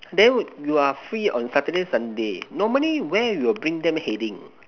then you are free on Saturday Sunday normally where you will bring them heading